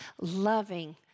loving